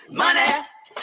money